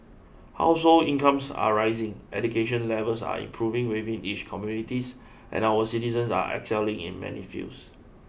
household incomes are rising education levels are improving within each communities and our citizens are excelling in many fields